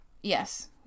Yes